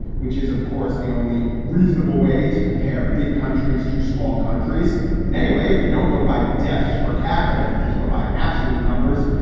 which is, of course, the only reasonable way to compare big countries to small countries in any way. if you don't go by deaths per capita, if you just go by absolute numbers,